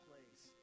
place